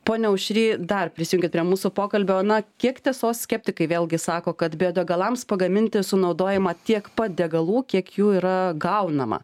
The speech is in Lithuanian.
pone aušry dar prisijunkit prie mūsų pokalbio na kiek tiesos skeptikai vėlgi sako kad biodegalams pagaminti sunaudojama tiek pat degalų kiek jų yra gaunama